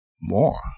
more